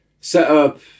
Set-up